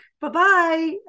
Bye-bye